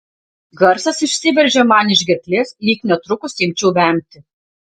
garsas išsiveržė man iš gerklės lyg netrukus imčiau vemti